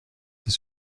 ses